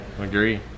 Agree